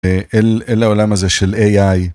אל העולם הזה של a.i.